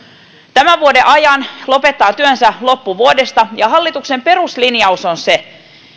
tämän vuoden ajan ja lopettaa työnsä loppuvuodesta ja hallituksen peruslinjaus on se